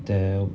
the